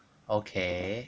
okay